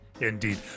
indeed